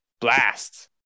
blast